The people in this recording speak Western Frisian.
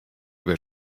wer